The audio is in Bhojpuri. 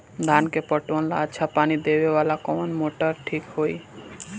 धान के पटवन ला अच्छा पानी देवे वाला कवन मोटर ठीक होई?